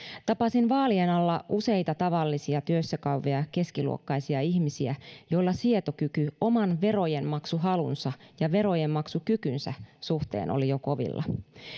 tapasin vaalien alla useita tavallisia työssä käyviä keskiluokkaisia ihmisiä joilla sietokyky oman verojenmaksuhalunsa ja verojenmaksukykynsä suhteen oli jo kovilla